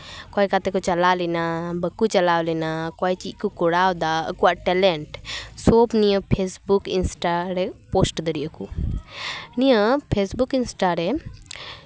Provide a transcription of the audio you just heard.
ᱚᱠᱚᱭ ᱚᱠᱟ ᱛᱮᱠᱚ ᱪᱟᱞᱟᱣ ᱞᱮᱱᱟ ᱵᱟᱹᱠᱩ ᱪᱟᱞᱟᱣ ᱞᱮᱱᱟ ᱚᱠᱚᱭ ᱪᱮᱫ ᱠᱚ ᱠᱠᱚᱨᱟᱣᱫᱟ ᱟᱠᱚᱣᱟᱜ ᱴᱮᱞᱮᱱᱴ ᱥᱚᱵ ᱱᱤᱭᱟᱹ ᱯᱷᱮᱥᱵᱩᱠ ᱤᱱᱥᱴᱟ ᱨᱮ ᱯᱳᱥᱴ ᱫᱟᱲᱮᱭᱟᱜ ᱠᱚ ᱱᱤᱭᱟᱹ ᱯᱷᱮᱥᱵᱩᱠ ᱤᱱᱥᱴᱟᱨᱮ